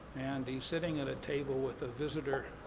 and he's sitting at a table with a visitor